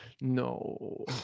No